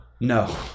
no